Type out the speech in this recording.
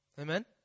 Amen